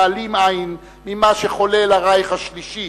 להעלים עין ממה שחולל הרייך השלישי